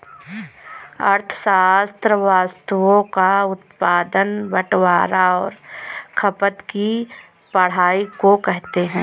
अर्थशास्त्र वस्तुओं का उत्पादन बटवारां और खपत की पढ़ाई को कहते हैं